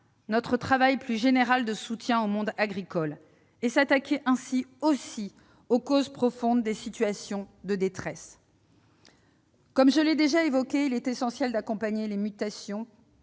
notre travail plus général de soutien au monde agricole, ce qui revient à s'attaquer aussi aux causes profondes des situations de détresse. Comme je l'ai déjà indiqué, il est essentiel d'accompagner les mutations